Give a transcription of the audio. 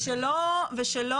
ושלא